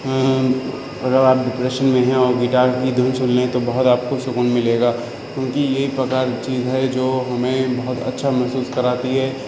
اگر آپ ڈپریشن میں ہیں اور گٹار کی دھن سن لیں تو بہت آپ کو سکون ملے گا کیونکہ یہ ایک پرکار کی چیز ہے جو ہمیں بہت اچھا محسوس کراتی ہے